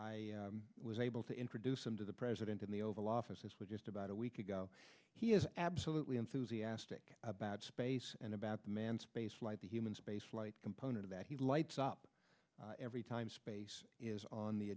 i was able to introduce him to the president in the oval office as well just about a week ago he is absolutely enthusiastic about space and about the manned space flight the human spaceflight component that he lights up every time space is on the